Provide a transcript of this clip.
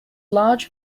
large